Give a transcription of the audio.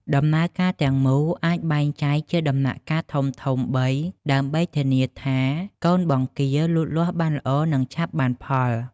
ដំណើរការទាំងមូលអាចបែងចែកជាដំណាក់កាលធំៗបី ដើម្បីធានាថាកូនបង្គាលូតលាស់បានល្អ និងឆាប់បានផល។